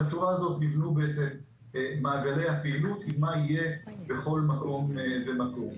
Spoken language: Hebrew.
בצורה הזאת נבנו מעגלי הפעילות עם מה שיהיה בכל מקום ומקום.